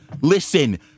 Listen